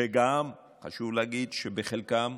שחשוב גם להגיד שבחלקם,